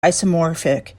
isomorphic